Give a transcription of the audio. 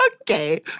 Okay